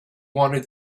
wanted